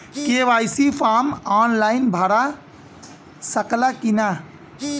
KYC form online भरा सकला की ना?